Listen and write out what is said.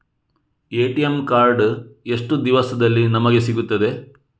ATM card ಎಷ್ಟು ದಿವಸದಲ್ಲಿ ನಮಗೆ ಸಿಗುತ್ತದೆ?